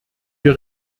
wir